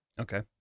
Okay